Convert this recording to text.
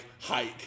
hike